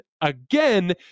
again